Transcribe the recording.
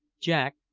jack,